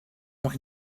why